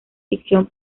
ficción